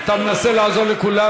אתה מנסה לעזור לכולם,